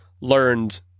learned